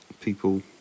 people